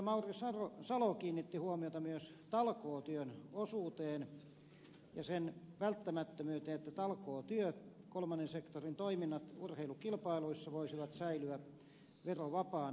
mauri salo kiinnitti huomiota myös talkootyön osuuteen ja sen välttämättömyyteen että talkootyö kolmannen sektorin toiminnat urheilukilpailuissa voisi säilyä verovapaana